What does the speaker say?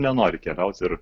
nenori keliaut ir